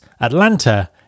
Atlanta